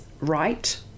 right